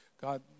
god